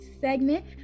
segment